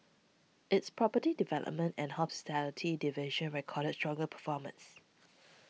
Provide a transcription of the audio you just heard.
its property development and hospitality divisions recorded stronger performances